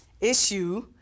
issue